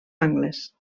angles